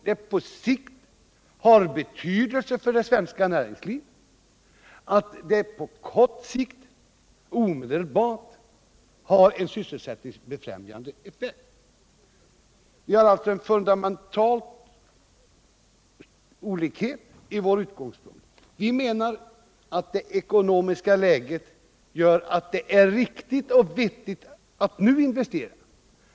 Detta är av betydelse för det svenska näringslivet på lång sikt, och det har en omedelbart sysselsättningsfrämjande effekt. Det är alltså en fundamental olikhet i våra utgångspunkter. Vi menar att det ekonomiska läget gör det riktigt och vettigt att nu investera.